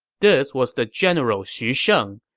this was the general xu sheng,